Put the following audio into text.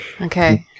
Okay